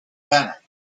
banner